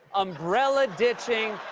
umbrella-ditching,